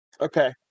Okay